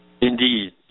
Indeed